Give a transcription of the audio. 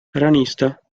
ranista